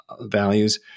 values